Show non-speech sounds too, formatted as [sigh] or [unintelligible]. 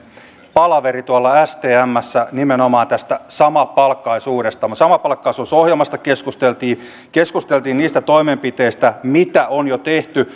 palaveri tuolla stmssä nimenomaan tästä samapalkkaisuudesta samapalkkaisuusohjelmasta keskusteltiin ja keskusteltiin niistä toimenpiteistä mitä on jo tehty [unintelligible]